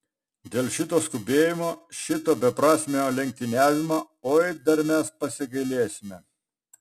dėl šito skubėjimo šito beprasmio lenktyniavimo oi dar mes pasigailėsime